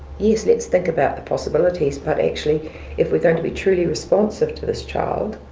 yes, let's think about the possibilities, but actually if we're going to be truly responsive to this child,